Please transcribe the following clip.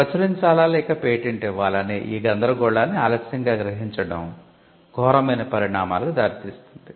ప్రచురించాలా లేక పేటెంట్ ఇవ్వాలా అనే ఈ గందరగోళాన్ని ఆలస్యంగా గ్రహించడం ఘోరమైన పరిణామాలకు దారి తీస్తుంది